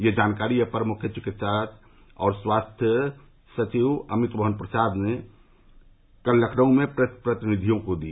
यह जानकारी अपर मुख्य सचिव चिकित्सा और स्वास्थ्य अमित मोहन प्रसाद ने कल लखनऊ में प्रेस प्रतिनिधियों को दी